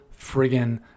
friggin